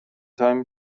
تایم